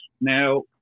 Now